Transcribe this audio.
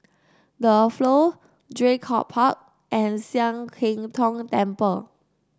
The Flow Draycott Park and Sian Keng Tong Temple